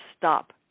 stop